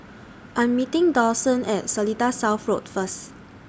I'm meeting Dawson At Seletar South Road First